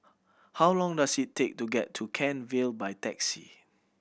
how long does it take to get to Kent Vale by taxi